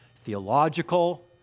Theological